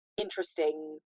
interesting